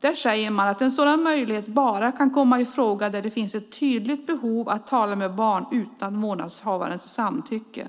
Där säger man att en sådan möjlighet bara kan komma i fråga där det finns ett tydligt behov av att tala med barn utan vårdnadshavarens samtycke.